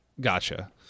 Gotcha